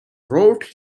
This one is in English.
wrote